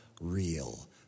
real